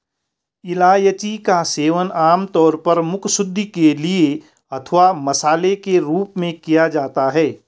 इलायची का सेवन आमतौर पर मुखशुद्धि के लिए अथवा मसाले के रूप में किया जाता है